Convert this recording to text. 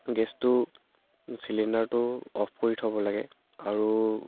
গেছটো চিলিণ্ডাৰটো অফ কৰি থ'ব লাগে আৰু